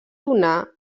donà